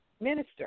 minister